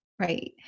right